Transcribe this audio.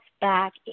back